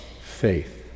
faith